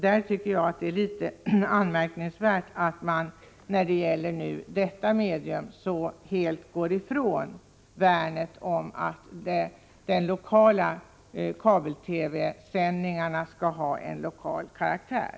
Jag tycker det är litet anmärkningsvärt att man när det gäller detta medium går så helt ifrån värnet om att de lokala kabel-TV-sändningarna skall ha lokal karaktär.